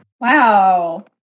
Wow